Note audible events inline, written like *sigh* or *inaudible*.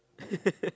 *laughs*